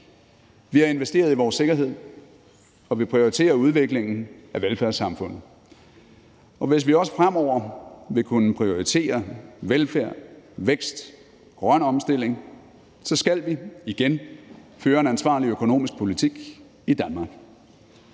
Vi har investeret i vores sikkerhed, og vi prioriterer udviklingen af velfærdssamfundet, og hvis vi også fremover vil kunne prioritere velfærd, vækst og grøn omstilling, skal vi igen føre en ansvarlig økonomisk politik i Danmark.